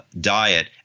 diet